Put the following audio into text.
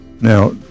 Now